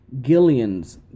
Gillians